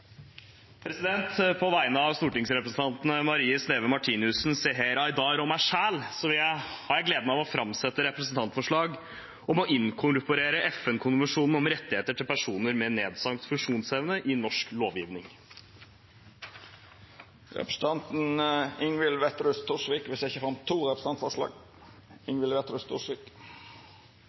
representantforslag. På vegne av stortingsrepresentantene Marie Sneve Martinussen, Seher Aydar og meg selv har jeg gleden av å framsette et representantforslag om å inkorporere FN-konvensjonen om rettigheter til personer med nedsatt funksjonsevne i norsk lovgivning. Representanten Ingvild Wetrhus Thorsvik vil setja fram to representantforslag.